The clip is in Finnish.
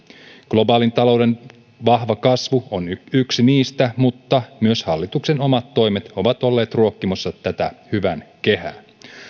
globaalin talouden vahva kasvu on yksi niistä mutta myös hallituksen omat toimet ovat olleet ruokkimassa tätä hyvän kehää